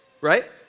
right